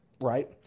right